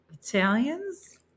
Italians